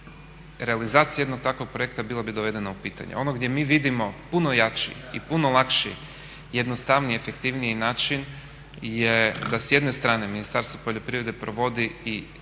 realizacije takvog jednog projekta bilo bi dovedeno u pitanje. Ono gdje mi vidimo puno jači i puno lakši, jednostavniji, efektivniji način je da s jedne strane Ministarstvo poljoprivrede provodi i